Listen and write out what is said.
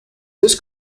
this